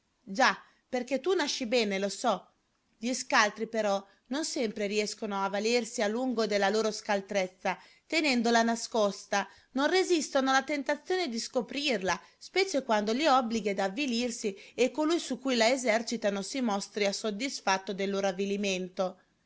già perché tu nasci bene lo so gli scaltri però non sempre riescono a valersi a lungo della loro scaltrezza tenendola nascosta non resistono alla tentazione di scoprirla specie quando li obblighi ad avvilirsi e colui su cui la esercitano si mostri soddisfatto